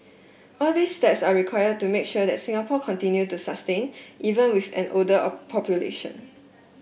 all these steps are required to make sure that Singapore continue to sustain even with an older population